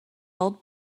old